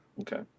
Okay